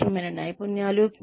అవసరమైన నైపుణ్యాలు